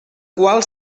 qual